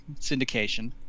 syndication